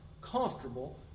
comfortable